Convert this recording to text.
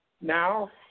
Now